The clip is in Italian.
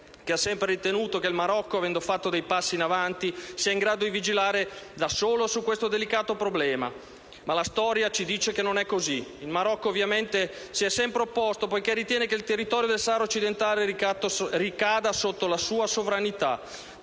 che ha sempre ritenuto che il Marocco, avendo fatto dei passi in avanti su questo tema, sia in grado di vigilare da solo su questo delicato problema, ma la storia ci dice che non è così. Il Marocco ovviamente si è sempre opposto, poiché ritiene che il territorio del Sahara Occidentale ricada sotto la sua sovranità;